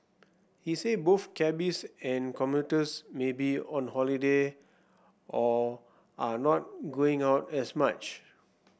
he said both cabbies and commuters may be on holiday or are not going out as much